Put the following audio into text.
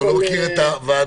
הוא לא מכיר את הוועדה.